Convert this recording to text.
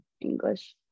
English